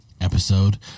episode